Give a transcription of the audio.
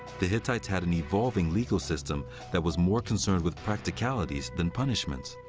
the hittites had an evolving legal system that was more concerned with practicalities than punishments.